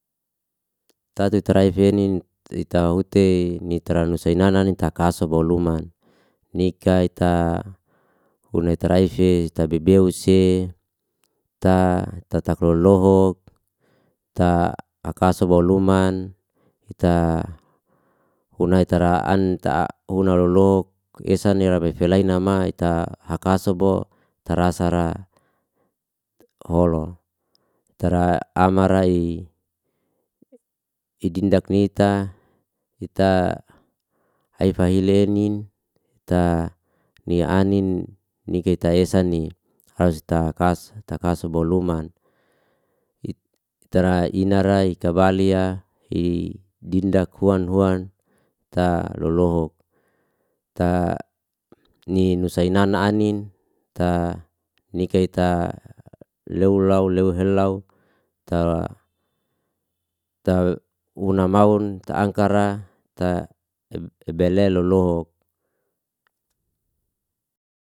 Tadi tara eife enin, ita huti mitra nusaynana ni takasabo luman, nika ita hunai taraeife, ta beu- beu si, ta tatak lolohuk lohuk, ita akasoba luman, ita hunai tera'an, ta'a huna lolohuk, esa nirabe felaynama, ita akasobao terasara holo, tera amarai idindak nita, ita haifahil enin, ta nianin, ni nikita esanni. Halj tak'kas, takass boluman, i tera inarai kabalia, ei dindak huan huan ta lohuk ta ni nusaynana anin ta nikaita lewlaw lew helaw, tar una maun ta angkara ta ibele lolohuk.